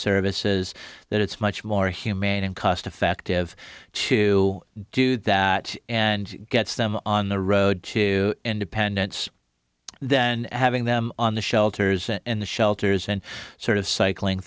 services that it's much more humane and cost effective to do that and gets them on the road to independence then having them on the shelters in the shelters and sort of cycling